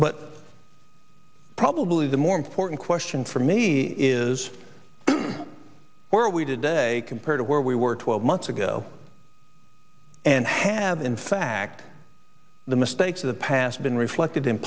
but probably the more important question for me is where are we today compared to where we were twelve months ago and have in fact the mistakes of the past been reflected in